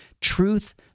Truth